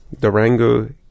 Durango